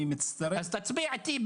אני מצטרף אליו.